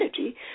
energy